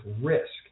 risk